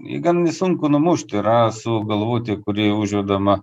jį gan nesunku numušt yra su galvute kuri užvedama